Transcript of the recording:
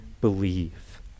believe